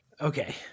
Okay